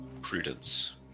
Prudence